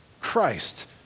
Christ